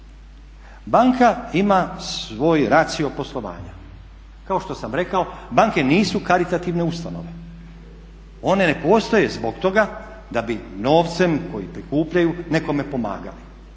Banka ima svoj racio poslovanja. Kao što sam rekao banke nisu karitativne ustanove. One ne postoje zbog toga da bi novcem koji prikupljanju nekome pomagale.